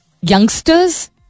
youngsters